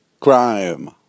crime